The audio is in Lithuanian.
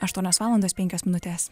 aštuonios valandos penkios minutės